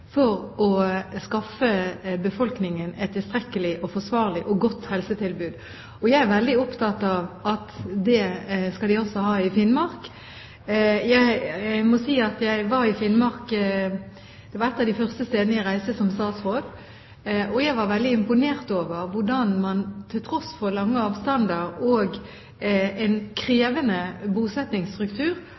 for å skaffe befolkningen et tilstrekkelig, forsvarlig og godt helsetilbud. Jeg er veldig opptatt av at man også skal ha det i Finnmark. Finnmark var et av de første stedene jeg reiste til som statsråd, og jeg var veldig imponert over hvordan man, til tross for lange avstander og en krevende